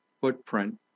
footprint